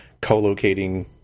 co-locating